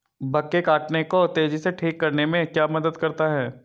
Bug के काटने को तेजी से ठीक करने में क्या मदद करता है?